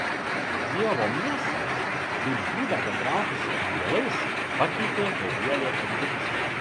dievo miestą kaip būdą bendrauti su angelais pakeitė bevielė indukcija